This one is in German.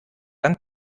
dann